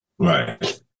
right